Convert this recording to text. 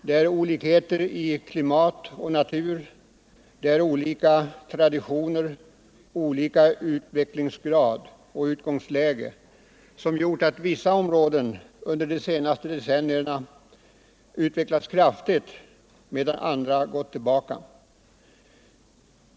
Vi har olikheter i klimat och natur, vi har olika utvecklingsgrader, traditioner och utgångslägen, som gjort att vissa områden under de senaste decennierna har utvecklats kraftigt medan andra har gått tillbaka.